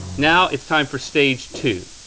now it's time for stage two.